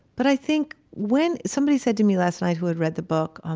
but i think when somebody said to me last night who had read the book, um